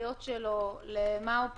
התכליות שלו לבין במה הוא פוגע.